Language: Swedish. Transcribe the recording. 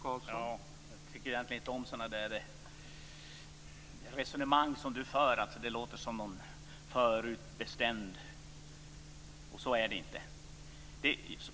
Herr talman! Jag tycker egentligen inte om sådana resonemang som Thomas Julin här för. Det låter som om något är förutbestämt, och så är det inte.